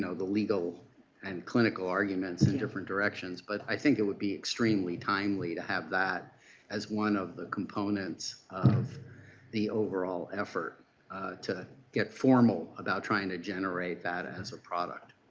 the legal and clinical arguments and different directions. but i think it would be extremely timely to have that as one of the components of the overall effort to get formal about trying to generate that as a product.